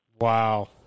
Wow